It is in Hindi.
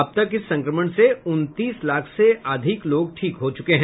अब तक इस संक्रमण से उनतीस लाख से अधिक लोग ठीक हो चुके हैं